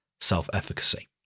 self-efficacy